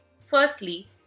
Firstly